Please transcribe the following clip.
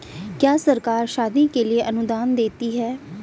क्या सरकार शादी के लिए अनुदान देती है?